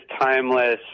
timeless